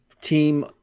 team